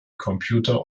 computer